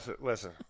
listen